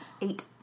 Eight